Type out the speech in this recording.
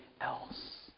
else